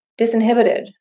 disinhibited